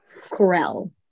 Corel